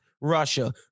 Russia